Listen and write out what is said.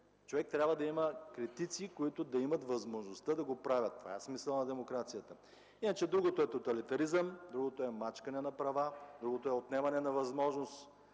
Човек трябва да има критици, които да имат възможността да го правят – такъв е смисълът на демокрацията. Другото е тоталитаризъм, мачкане на права, отнемане на възможност